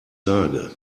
sage